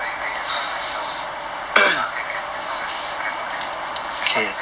可以可以 as long as ya ya can can as long as no camera can already front and back